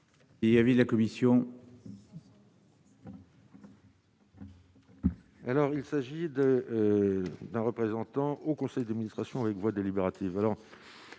Il y avait de la commission.